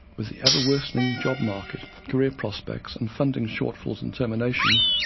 with the ever worsening job market, career prospects and funding shortfalls and terminations,